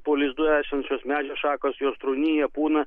po lizdu esančios medžių šakos ir trūnija pūna